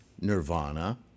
nirvana